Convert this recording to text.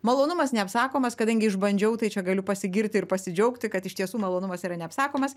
malonumas neapsakomas kadangi išbandžiau tai čia galiu pasigirti ir pasidžiaugti kad iš tiesų malonumas yra neapsakomas